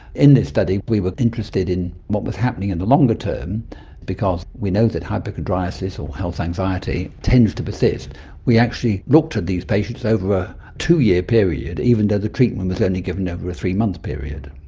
in this study we were interested in what was happening in the longer term because we know that hypochondriasis or health anxiety tends to persist we actually looked at these patients over a two-year period, even though the treatment was only given over a three-month period.